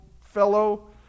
fellow